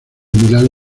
milán